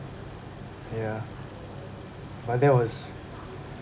ya but that was